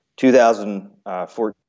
2014